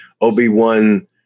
Obi-Wan